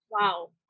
Wow